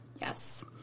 Yes